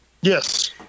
yes